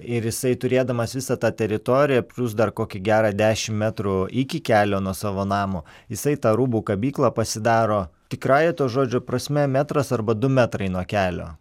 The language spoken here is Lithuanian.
ir jisai turėdamas visą tą teritoriją plius dar kokį gerą dešim metrų iki kelio nuo savo namo jisai tą rūbų kabyklą pasidaro tikrąja to žodžio prasme metras arba du metrai nuo kelio